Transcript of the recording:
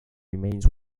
remains